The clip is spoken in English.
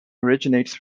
originates